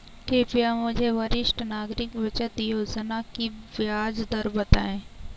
कृपया मुझे वरिष्ठ नागरिक बचत योजना की ब्याज दर बताएं